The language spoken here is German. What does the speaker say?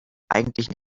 eigentlichen